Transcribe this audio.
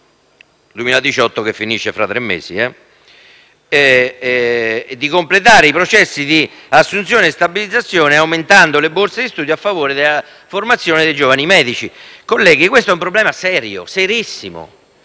il 2018 - che finisce fra tre mesi - e completando i processi di assunzione e stabilizzazione aumentando le borse di studio a favore della formazione dei giovani medici. Colleghi, questo è un problema serissimo